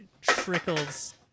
trickles